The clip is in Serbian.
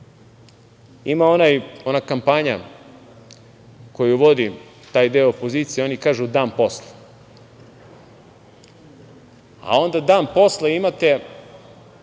godine. Ima ona kampanja koju vodi taj deo opozicije, oni kažu – dan posle. A, onda dan posle imate